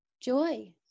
Joy